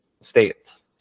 states